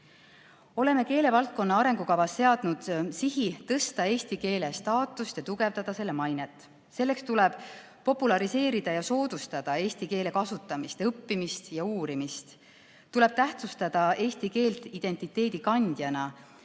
Oleme keelevaldkonna arengukavas seadnud sihi tõsta eesti keele staatust ja tugevdada selle mainet. Selleks tuleb populariseerida ja soodustada eesti keele kasutamist, õppimist ja uurimist. Tuleb tähtsustada eesti keelt identiteedi kandjana